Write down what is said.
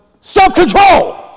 Self-control